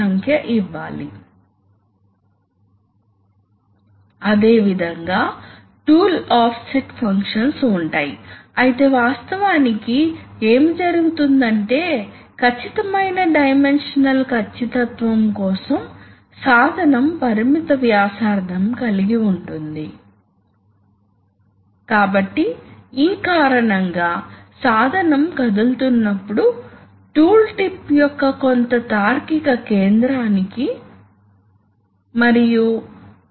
కాబట్టి అటువంటి సందర్భాల్లో రోల్ తిరిగేటప్పుడు ఆపరేటర్ల హస్తం రోల్ దగ్గర ఎక్కడా లేదని నిర్ధారించుకోవాలి కాబట్టి దానిని చాలా తేలికగా నిర్ధారించవచ్చు రోల్ ను తిప్పడం అవసరం తద్వారా మీరు ఒకేసారి రెండు పుష్ బటన్ నొక్కాలి కాబట్టి మీరు రెండు చేతులను ఉపయోగించబోతున్నారు కాబట్టి మీరు తప్పు చేయలేరు